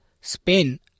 Spain